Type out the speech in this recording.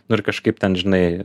nu ir kažkaip ten žinai